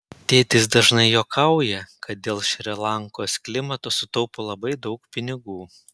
tėtis dažnai juokauja kad dėl šri lankos klimato sutaupo labai daug pinigų